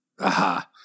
Aha